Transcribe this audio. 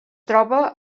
troba